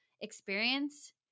experience